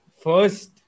first